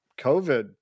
COVID